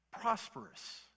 prosperous